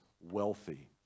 wealthy